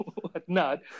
whatnot